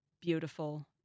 beautiful